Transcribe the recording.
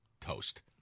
toast